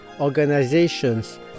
organizations